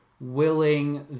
willing